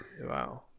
wow